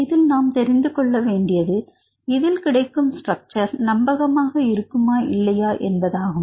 இதில் நாம் தெரிந்துகொள்ள வேண்டியது இதில் கிடைக்கும் ஸ்ட்ரக்சர் நம்பகமாக இருக்குமா இல்லையா என்பதாகும்